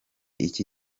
iki